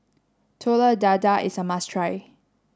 Telur Dadah is a must try